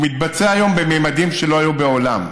הוא מתבצע היום בממדים שלא היו מעולם,